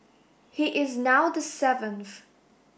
he is now the seventh